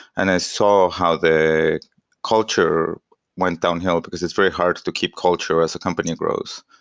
and i saw how the culture went downhill, because it's very hard to keep culture as a company grows.